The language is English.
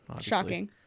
Shocking